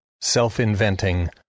self-inventing